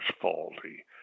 faulty